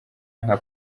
nka